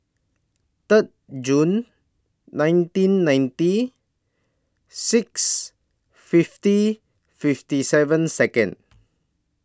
Third June nineteen ninety six fifty fifty seven Second